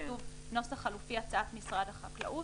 כתוב: נוסח חלופי, הצעת משרד החקלאות.